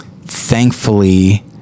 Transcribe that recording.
thankfully